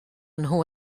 nhw